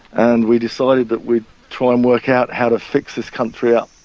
and we decided that we'd try and work out how to fix this country up.